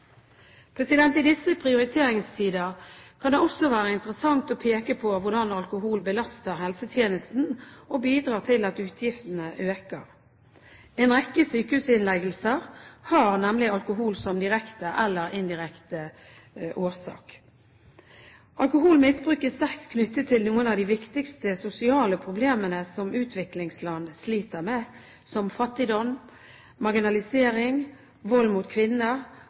I disse prioriteringstider kan det også være interessant å peke på hvordan alkohol belaster helsetjenesten og bidrar til at utgiftene øker. En rekke sykehusinnleggelser har nemlig alkohol som direkte eller indirekte årsak. Alkoholmisbruk er sterkt knyttet til noen av de viktigste sosiale problemene som utviklingsland sliter med, som fattigdom, marginalisering, vold mot kvinner